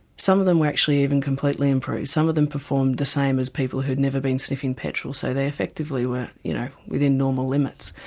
some of them were actually even completely improved, some of them performed the same as people who'd never been sniffing petrol. so they effectively were, you know, within normal limits.